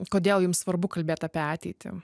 kodėl jum svarbu kalbėt apie ateitį